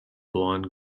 blonde